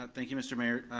ah thank you, mr. mayor.